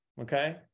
okay